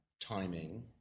timing